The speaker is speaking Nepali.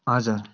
हजुर